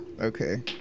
Okay